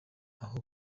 aho